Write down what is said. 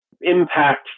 impact